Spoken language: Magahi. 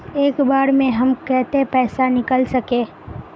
एक बार में हम केते पैसा निकल सके?